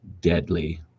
deadly